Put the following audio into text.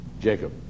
Jacob